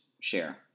share